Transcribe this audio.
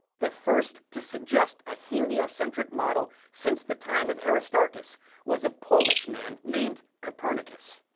the first to suggest a heliocentric model since the time of aristarchus was a polish man named copernicus.